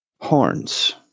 horns